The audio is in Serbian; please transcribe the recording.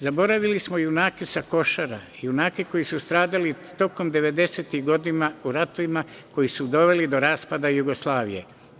Zaboravili smo junake sa Košara, junake koji su stradali tokom 90-tih godina u ratovima koji su doveli do raspada Jugoslavije.